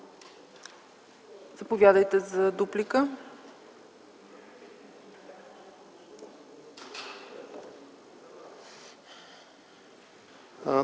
Заповядайте за дуплика.